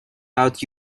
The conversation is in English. out